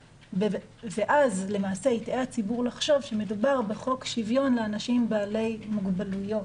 ואז יטעה הציבור לחשוב שמדובר בחוק שוויון לאנשים בעלי מוגבלויות.